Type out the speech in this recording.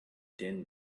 din